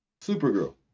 Supergirl